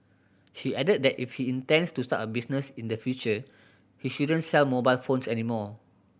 she added that if he intends to start a business in the future he shouldn't sell mobile phones any more